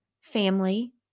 family